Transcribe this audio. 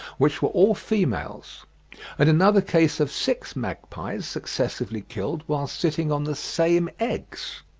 which were all females and another case of six magpies successively killed whilst sitting on the same eggs,